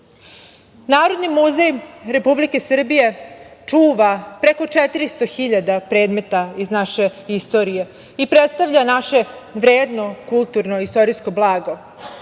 duh. Narodni muzej Republike Srbije čuva preko 400 hiljada predmeta iz naše istorije i predstavlja naše vredno, kulturno istorijsko blago,